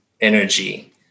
energy